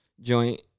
joint